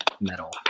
metal